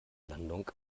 landung